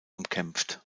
umkämpft